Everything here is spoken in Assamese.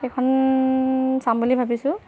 সেইখন চাম বুলি ভাবিছোঁ